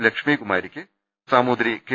ലക്ഷ്മീകുമാരിക്ക് Samoothiri K